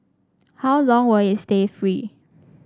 how long will it stay free